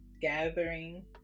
gathering